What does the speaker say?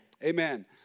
Amen